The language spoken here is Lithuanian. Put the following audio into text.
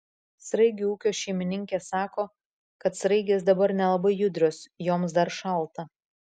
sraigių ūkio šeimininkė sako kad sraigės dabar nelabai judrios joms dar šalta